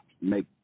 make